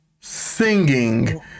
singing